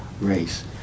race